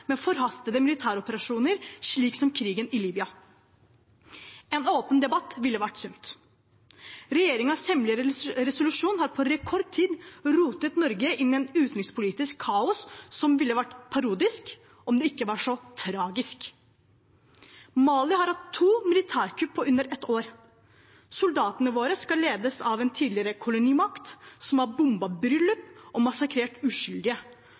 med forhastede militæroperasjoner, slik som krigen i Libya. En åpen debatt ville vært sunt. Regjeringens hemmelige resolusjon har på rekordtid rotet Norge inn i et utenrikspolitisk kaos som ville vært parodisk om det ikke var så tragisk. Mali har hatt to militærkupp på under ett år. Soldatene våre skal ledes av en tidligere kolonimakt som har bombet bryllup og massakrert uskyldige.